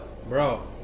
Bro